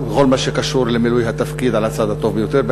מה שקשור למילוי התפקיד על הצד הטוב ביותר.